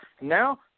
Now